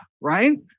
right